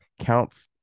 counts